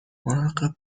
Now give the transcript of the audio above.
مراقب